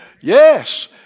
Yes